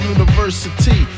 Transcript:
University